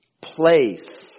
place